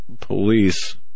police